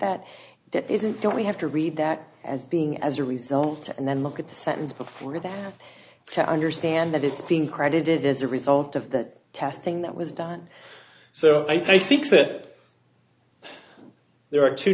that isn't don't we have to read that as being as a result and then look at the sentence before that to understand that it's being credited as a result of that testing that was done so i think that there are two